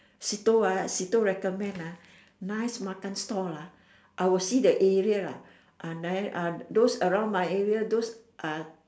Sito ah Sito recommend ah nice makan store lah I will see the area lah uh those around my area those uh